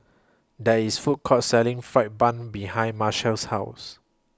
There IS Food Court Selling Fried Bun behind Marshall's House